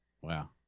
Wow